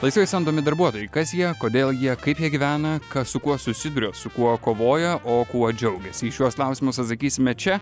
laisvai samdomi darbuotojai kas jie kodėl jie kaip jie negyvena ką su kuo susiduria su kuo kovoja o kuo džiaugiasi į šiuos klausimus atsakysime čia